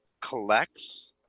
collects